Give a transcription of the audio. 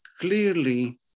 clearly